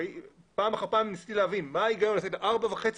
פעם אחר פעם ניסיתי להבין מה ההיגיון לתת 4.5 קילומטר.